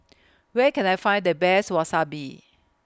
Where Can I Find The Best Wasabi